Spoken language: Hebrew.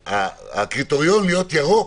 הקריטריון להיות ירוק